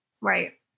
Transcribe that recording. Right